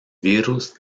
virus